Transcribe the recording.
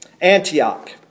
Antioch